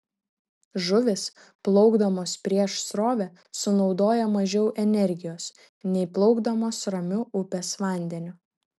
žuvys plaukdamos prieš srovę sunaudoja mažiau energijos nei plaukdamos ramiu upės vandeniu